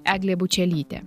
eglė bučelytė